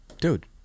Dude